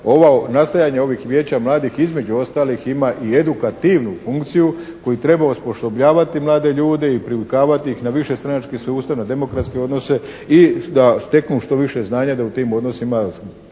nastajanja ovih vijeća mladih između ostalih ima i edukativnu funkciju koju treba osposobljavati mlade ljude i privikavati ih na višestranački sustav, na demokratske odnose i da steknu što više znanja da u tim odnosima